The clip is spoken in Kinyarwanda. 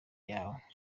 yawe